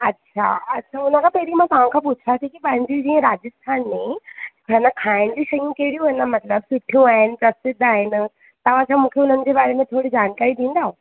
अछा अछा हुन खां पहिरीं मां तव्हांखां पुछां थी की पंहिंजी जीअं राजस्थान में माना खाइण जूं शयूं कहिड़ियूं आहिनि माना सुठियूं आहिनि प्रसिद्ध आहिनि तव्हां छा मूंखे उन्हनि जे बारे में थोरी जानकारी ॾींदा